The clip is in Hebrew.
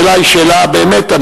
השאלה היא שאלה באמת,